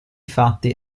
fatti